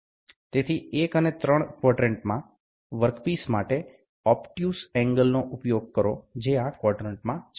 તેથી 1 અને 3 ક્વોડ્રેંટમાં વર્કપીસ માટે ઓબ્યુટસ એંગલનો ઉપયોગ કરો જે આ ક્વોડ્રેંટમાં છે